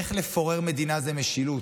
איך לפורר מדינה זה משילות?